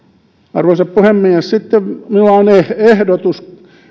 arvoisa puhemies sitten minulla on ehdotus